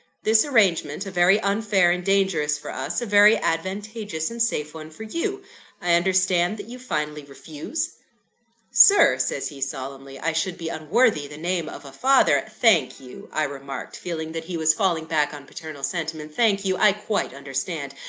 this arrangement a very unfair and dangerous for us a very advantageous and safe one for you i understand that you finally refuse sir, says he, solemnly, i should be unworthy the name of a father thank you' i remarked, feeling that he was falling back on paternal sentiment thank you i quite understand.